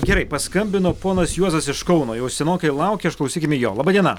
gerai paskambino ponas juozas iš kauno jau senokai laukia išklausykime jo laba diena